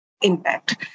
impact